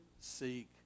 seek